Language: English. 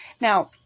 now